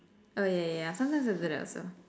oh yeah yeah yeah sometimes I do that also